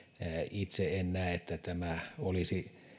itse en näe että tämä olisi